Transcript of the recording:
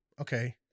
okay